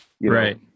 right